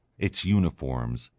its uniforms,